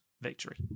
victory